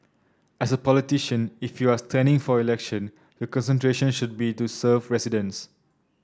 as a politician if you are standing for election your concentration should be to serve residents